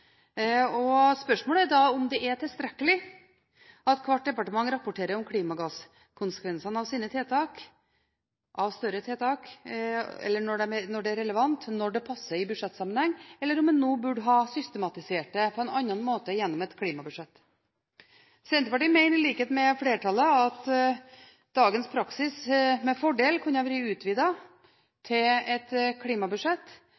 det. Spørsmålet er da om det er tilstrekkelig at hvert departement rapporterer om klimagasskonsekvensene av sine tiltak, av større tiltak, når det er relevant, når det passer i budsjettsammenheng, eller om en nå burde ha systematisert det på en annen måte gjennom et klimabudsjett. Vi i Senterpartiet mener, i likhet med flertallet, at dagens praksis med fordel kunne vært utvidet til et klimabudsjett,